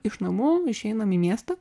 iš namų išeinam į miestą